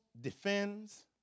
defends